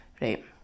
Right